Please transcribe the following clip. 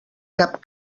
cap